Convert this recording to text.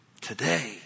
today